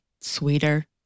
sweeter